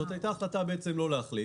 זאת הייתה החלטה לא להחליט.